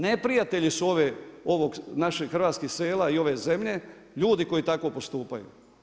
Neprijatelji su ovih naših hrvatskih sela i ove zemlje ljudi koji tako postupaju.